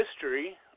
history